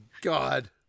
god